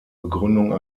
begründung